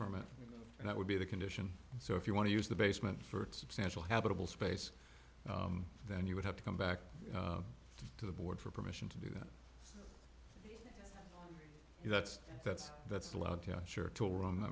permit and that would be the condition so if you want to use the basement for substantial habitable space then you would have to come back to the board for permission to do that that's that's that's